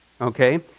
Okay